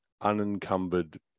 unencumbered